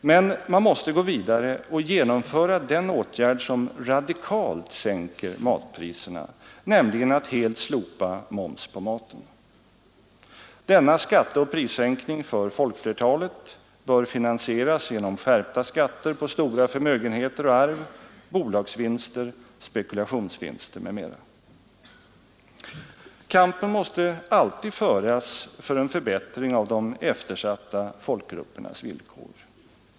Men man måste gå vidare och genom föra den åtgärd som radikalt sänker matpriserna, nämligen helt slopa moms på maten. Denna skatteoch prissänkning för folkflertalet bör finansieras genom skärpta skatter på stora förmögenheter och arv, bolagsvinster, spekulationsvinster m.m. Kampen måste alltid föras för en förbättring av de eftersatta folkgruppernas villkor.